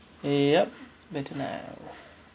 yup better now